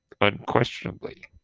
unquestionably